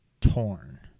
torn